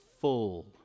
full